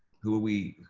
who we,